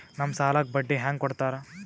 ನಮ್ ಸಾಲಕ್ ಬಡ್ಡಿ ಹ್ಯಾಂಗ ಕೊಡ್ತಾರ?